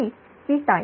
he Ptie